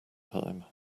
time